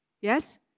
Yes